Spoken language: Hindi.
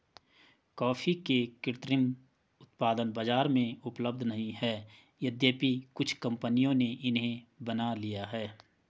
कॉफी के कृत्रिम उत्पाद बाजार में उपलब्ध नहीं है यद्यपि कुछ कंपनियों ने इन्हें बना लिया है